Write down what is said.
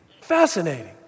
Fascinating